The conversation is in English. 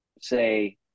say